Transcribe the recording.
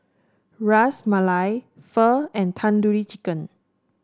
Ras Malai Pho and Tandoori Chicken